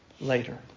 later